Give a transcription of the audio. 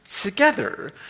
together